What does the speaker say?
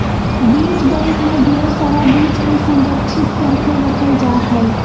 बीज बैंक मे ढेर सारा बीज के संरक्षित करके रखल जा हय